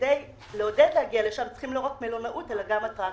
כדי לעודד אנשים להגיע לשם צריכים לראות לא רק מלונאות אלא גם אטרקציות.